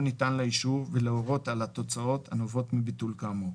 ניתן לה אישור ולהורות על התוצאות הנובעות מביטול כאמור.